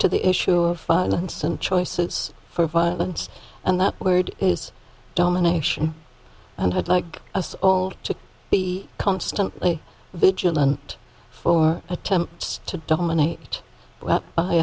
to the issue of violence and choices for violence and that will domination and had like all to be constantly vigilant for attempts to dominate